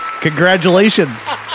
Congratulations